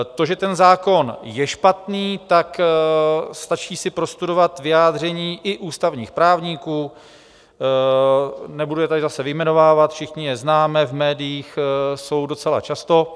To, že ten zákon je špatný, stačí si prostudovat vyjádření i ústavních právníků, nebudu je tady zase vyjmenovávat, všichni je známe, v médiích jsou docela často.